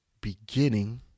beginning